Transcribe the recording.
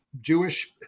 Jewish